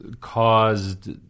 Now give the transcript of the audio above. caused